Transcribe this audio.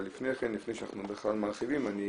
אבל לפני שאנחנו בכלל מרחיבים, אני